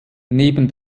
neben